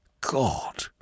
God